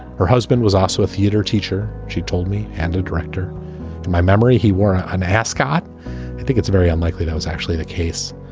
her husband was also a theater teacher she told me and the director in my memory, he wore an ascot. i think it's very unlikely that was actually the case.